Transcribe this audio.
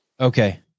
Okay